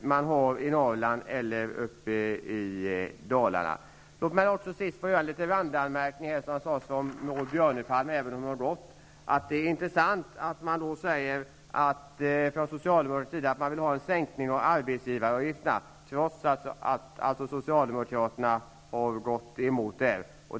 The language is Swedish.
man har i Norrland eller uppe i Dalarna. Låt mig till sist få göra en liten randanmärkning som rör Maud Björnemalm, även om hon har gått. Det är intressant att Socialdemokraterna säger att de vill ha en sänkning av arbetsgivaravgifterna, trots att Socialdemokraterna har gått emot det förslaget.